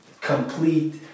complete